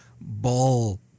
ball